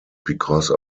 because